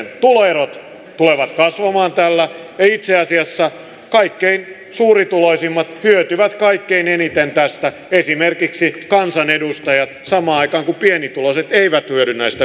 tällä tuloerot tulevat kasvamaan ja itse asiassa kaikkein suurituloisimmat hyötyvät kaikkein eniten tästä esimerkiksi kansanedustajat samaan aikaan kun pienituloiset eivät hyödy tästä veropuolesta